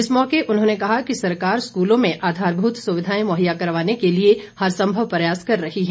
इस मौके उन्होंने कहा कि सरकार स्कूलों में आधारभूत सुविधाएं मुहैया करवाने के लिए हर संभव प्रयास कर रही है